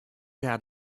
out